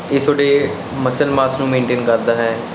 ਇਹ ਤੁਹਾਡੇ ਮਸਲ ਮਾਸ ਨੂੰ ਮੇਨਟੇਨ ਕਰਦਾ ਹੈ